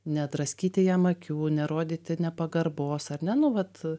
nedraskyti jam akių nerodyti nepagarbos ar ne nu vat